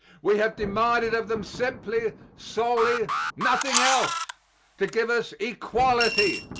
we have demanded of them simply, solely nothing else to give us equality,